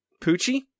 Poochie